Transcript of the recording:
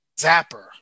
zapper